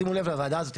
שימו לב לוועדה הזאת,